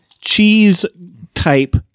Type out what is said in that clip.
cheese-type